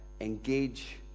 engage